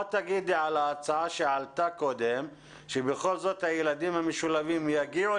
מה תגידי על ההצעה שעלתה קודם שבכל זאת הילדים המשולבים יגיעו